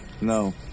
No